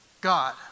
God